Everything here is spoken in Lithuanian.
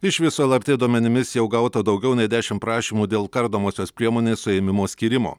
iš viso lrt duomenimis jau gauta daugiau nei dešimt prašymų dėl kardomosios priemonės suėmimo skyrimo